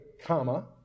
comma